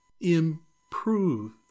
improve